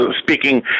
speaking